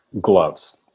Gloves